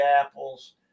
apples